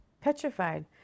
petrified